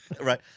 Right